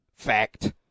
Fact